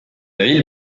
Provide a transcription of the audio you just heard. ville